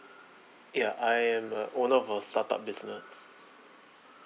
yeah I'm a owner of a startup business